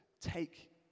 take